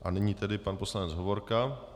A nyní tedy pan poslanec Hovorka.